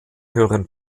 höheren